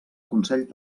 consell